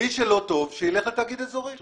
מי שלא טוב, שיילך לתאגיד אזורי.